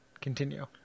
continue